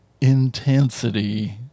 intensity